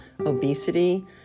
obesity